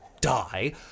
die